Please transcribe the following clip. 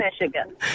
Michigan